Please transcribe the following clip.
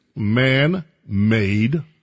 man-made